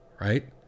right